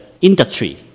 industry